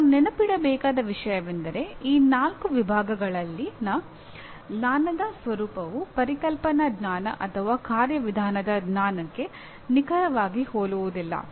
ನಾವು ನೆನಪಿಡಬೇಕಾದ ವಿಷಯವೆಂದರೆ ಈ ನಾಲ್ಕು ವಿಭಾಗಗಳಲ್ಲಿನ ಜ್ಞಾನದ ಸ್ವರೂಪವು ಪರಿಕಲ್ಪನಾ ಜ್ಞಾನ ಅಥವಾ ಕಾರ್ಯವಿಧಾನದ ಜ್ಞಾನಕ್ಕೆ ನಿಖರವಾಗಿ ಹೋಲುವುದಿಲ್ಲ